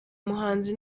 muhanzi